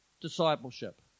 discipleship